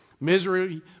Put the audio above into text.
misery